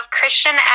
Christian